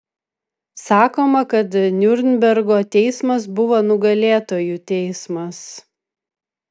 sakoma kad niurnbergo teismas buvo nugalėtojų teismas